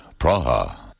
Praha